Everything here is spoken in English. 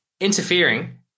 interfering